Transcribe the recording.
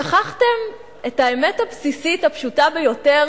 שכחתם את האמת הבסיסית הפשוטה ביותר,